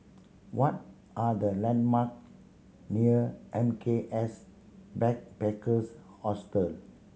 what are the landmark near M K S Backpackers Hostel